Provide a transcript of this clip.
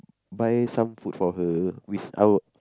buy some food for her which I will